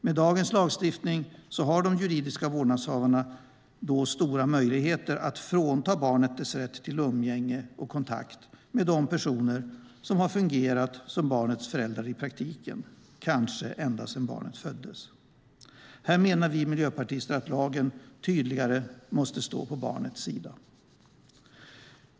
Med dagens lagstiftning har de juridiska vårdnadshavarna då stora möjligheter att frånta barnet dess rätt till umgänge och kontakt med de personer som har fungerat som barnets föräldrar i praktiken, kanske ända sedan barnet föddes. Här menar vi miljöpartister att lagen tydligare måste stå på barnets sida.